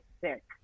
sick